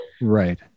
right